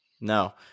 No